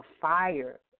fire